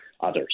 Others